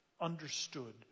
understood